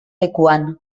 lekuan